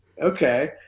okay